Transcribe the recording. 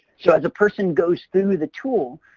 so, as a person goes through the tool,